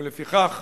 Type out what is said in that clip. ולפיכך,